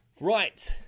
Right